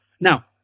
Now